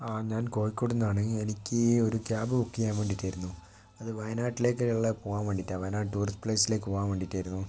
ഞാൻ കോഴിക്കോട് നിന്നാണ് എനിക്ക് ഒരു ക്യാബ് ബുക്ക് ചെയ്യാൻ വേണ്ടിയിട്ട് ആയിരുന്നു അത് വയനാട്ടിലേക്ക് ഉള്ള പോകാൻ വേണ്ടിയിട്ടാ വയനാട് ടൂറിസ്റ്റ് പ്ലേസിലേക്ക് പോകാൻ വേണ്ടിയിട്ടായിരുന്നു